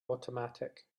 automatic